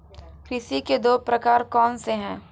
कृषि के दो प्रकार कौन से हैं?